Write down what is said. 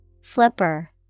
Flipper